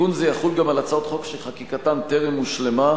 תיקון זה יחול גם על הצעות חוק שחקיקתן טרם הושלמה,